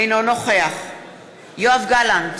אינו נוכח יואב גלנט,